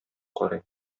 карый